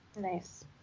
Nice